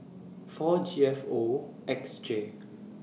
four G F O X J